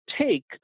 take